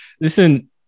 Listen